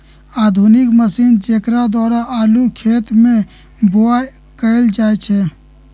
आधुनिक मशीन जेकरा द्वारा आलू खेत में बाओ कएल जाए छै